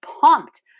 pumped